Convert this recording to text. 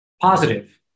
positive